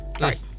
Right